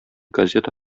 газета